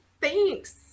Thanks